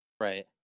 Right